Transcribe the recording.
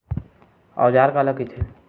औजार काला कइथे?